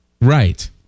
Right